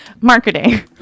Marketing